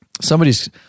Somebody's